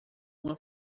uma